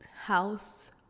house